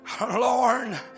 Lord